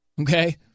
okay